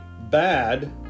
bad